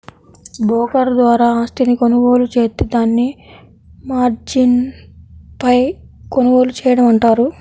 broker ద్వారా ఆస్తిని కొనుగోలు జేత్తే దాన్ని మార్జిన్పై కొనుగోలు చేయడం అంటారు